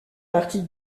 partie